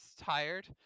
tired